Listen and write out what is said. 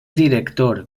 director